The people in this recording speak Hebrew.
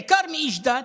בעיקר מאיש דת,